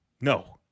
no